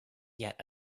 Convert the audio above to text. yet